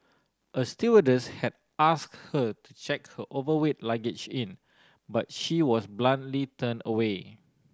a stewardess had asked her to check her overweight luggage in but she was bluntly turned away